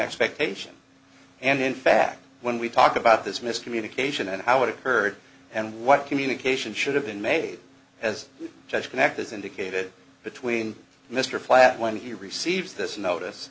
expectation and in fact when we talk about this miscommunication and how it occurred and what communication should have been made as a judge can act as indicated between mr flat when he receives this notice